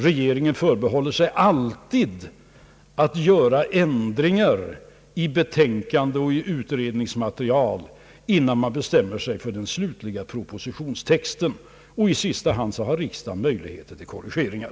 Regeringen förbehåller sig alltid rätten att göra ändringar i betänkanden och utredningsmaterial, innan man bestämmer sig för den slutliga propositionstexten. I sista hand har riksdagen möjligheter till korrigeringar.